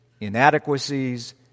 inadequacies